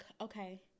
okay